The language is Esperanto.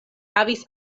havis